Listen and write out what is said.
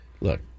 look